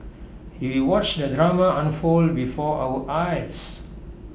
he watched the drama unfold before our eyes